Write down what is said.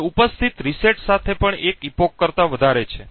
જે ઉપસ્થિત રીસેટ્સ સાથે પણ એક એપક કરતા વધારે છે